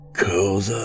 cause